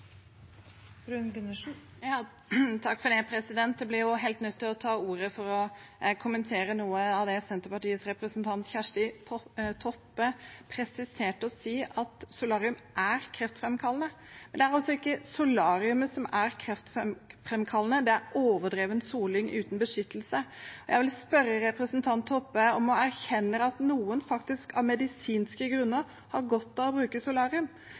helt nødt til å ta ordet for å kommentere noe av det Senterpartiets representant Kjersti Toppe presterte å si: at solarium er kreftframkallende. Det er altså ikke solariet som er kreftframkallende – det er overdreven soling uten beskyttelse. Jeg vil spørre representanten Toppe om hun erkjenner at noen faktisk har godt av å bruke solarium av medisinske grunner.